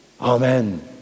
Amen